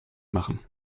machen